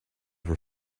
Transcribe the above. were